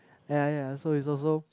ya ya so it's also